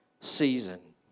season